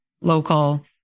local